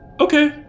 Okay